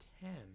ten